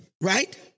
Right